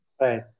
Right